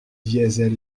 diesel